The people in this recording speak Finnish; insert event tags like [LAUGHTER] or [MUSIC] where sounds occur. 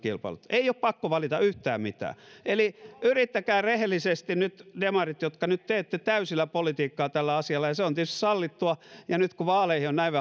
kilpailuttavat ei ole pakko valita yhtään mitään eli yrittäkää rehellisesti nyt demarit jotka nyt teette täysillä politiikkaa tällä asialla ja se on tietysti sallittua ja nyt kun vaaleihin on näin [UNINTELLIGIBLE]